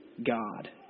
God